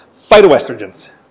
phytoestrogens